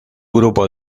grupo